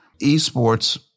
Esports